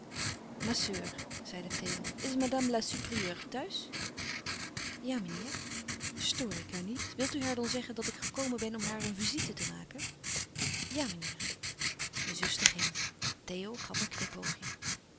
soeur zeide theo is madame la supérieure thuis ja meneer stoor ik haar niet wil u haar dan zeggen dat ik gekomen ben om haar een visite te maken ja meneer de zuster ging theo gaf een knipoogje